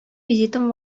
визитом